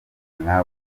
nka